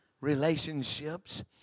relationships